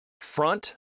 front